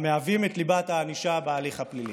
המהווים את ליבת הענישה בהליך הפלילי.